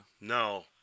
No